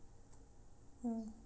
mm